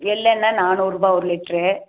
எள்ளெண்ண நானூறு ரூபாய் ஒரு லிட்ரு